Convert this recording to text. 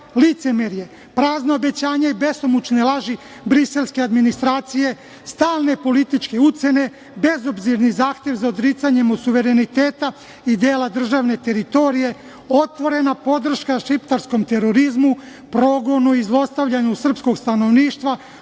licemerje, prazna obećanja i besomučne laži briselske administracije, stalne političke ucene, bezobzirni zahtev za odricanjem suvereniteta i dela državne teritorije, otvorena podrška šiptarskom terorizmu, progonu i zlostavljanju srpskog stanovništva